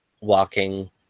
walking